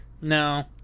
No